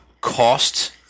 cost